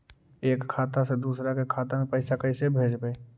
एक खाता से दुसर के खाता में पैसा कैसे भेजबइ?